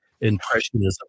impressionism